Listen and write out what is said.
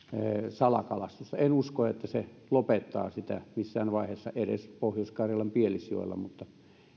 salakalastusta en usko että se lopettaa sitä missään vaiheessa edes pohjois karjalan pielisjoella mutta